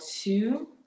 two